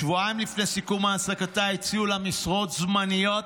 שבועיים לפני סיום העסקתה הציעו לה משרות זמניות,